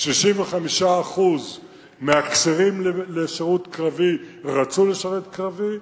65% מהכשירים לשירות קרבי רצו לשרת שירות קרבי,